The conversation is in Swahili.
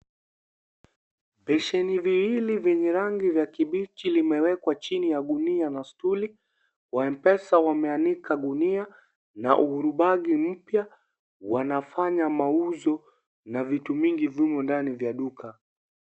Besheni viwili vyenye rangi ya kibichi vimewekwa chini ya gunia na stuli. Wa mpesa wameanika gunia na uhurubagi mpya. Wanafanya mauzo na vitu vingi vimo ndani mwa duka.